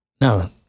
No